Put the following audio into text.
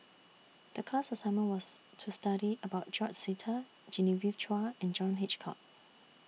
The class assignment was to study about George Sita Genevieve Chua and John Hitchcock